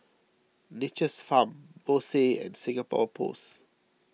Nature's Farm Bose and Singapore Post